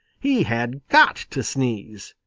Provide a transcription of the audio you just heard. he had got to sneeze.